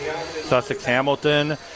Sussex-Hamilton